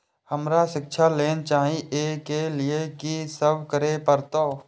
हमरा शिक्षा लोन चाही ऐ के लिए की सब करे परतै?